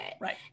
right